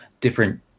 different